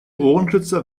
ohrenschützer